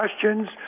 questions